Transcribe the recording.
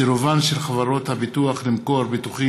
בנושא: מתנת הענק של רשות המיסים לקרן אייפקס: